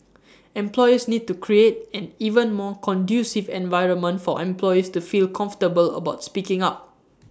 employers need to create an even more conducive environment for employees to feel comfortable about speaking up